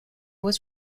was